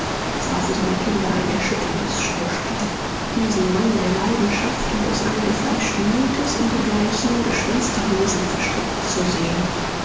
es war für seine kinder ein erschütterndes schauspiel diesen mann der leidenschaft und des eingefleischten mutes in dergleichen gespensterwesen verstrickt zu sehen